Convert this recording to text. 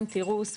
אם תראו,